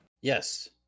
Yes